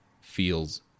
feels